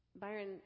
Byron